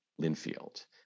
Linfield